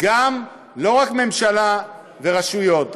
לא רק הממשלה והרשויות,